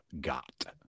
got